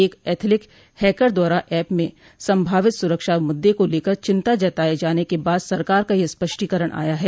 एक ethical hacker द्वारा app में संभावित सुरक्षा मुद्दे को लेकर चिंता जताये जाने के बाद सरकार का यह स्पष्टीरण आया है